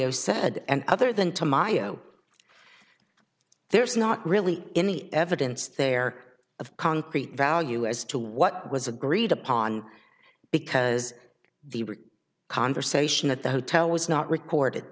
was said and other than to my oh there's not really any evidence there of concrete value as to what was agreed upon because the conversation at the hotel was not recorded